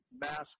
mass